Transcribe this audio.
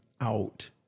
out